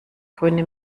grüne